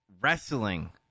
wrestling